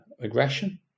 aggression